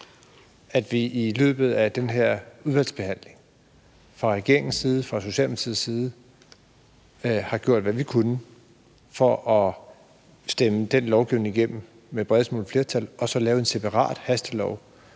at vi i løbet af den her udvalgsbehandling fra regeringens side, fra Socialdemokratiets side, har gjort, hvad vi kunne for at stemme den lovgivning igennem med det bredest mulige flertal og så lave en separat hastelov